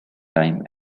time